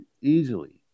easily